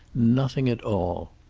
nothing at all.